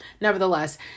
Nevertheless